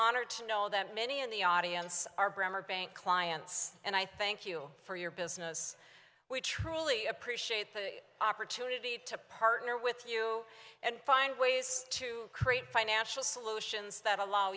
honored to know that many in the audience are bremmer bank clients and i thank you for your business we truly appreciate the opportunity to partner with you and find ways to create financial solutions that allow